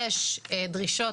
יש דרישות.